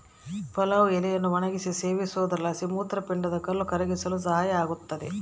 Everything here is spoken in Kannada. ಪಲಾವ್ ಎಲೆಯನ್ನು ಒಣಗಿಸಿ ಸೇವಿಸೋದ್ರಲಾಸಿ ಮೂತ್ರಪಿಂಡದ ಕಲ್ಲು ಕರಗಿಸಲು ಸಹಾಯ ಆಗುತ್ತದೆ